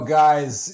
guys